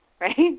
right